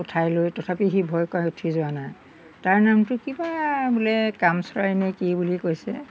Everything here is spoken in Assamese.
ওঠাই লৈ তথাপি সি ভয় কৰি উঠি যোৱা নাই তাৰ নামটো কিবা বোলে কাম চৰাই নে কি বুলি কৈছে